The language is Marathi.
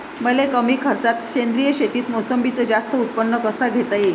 मले कमी खर्चात सेंद्रीय शेतीत मोसंबीचं जास्त उत्पन्न कस घेता येईन?